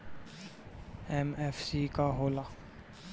MFC का हो़ला?